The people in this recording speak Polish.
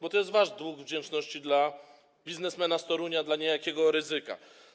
Bo to jest wasz dług wdzięczności dla biznesmena z Torunia, dla niejakiego Rydzyka.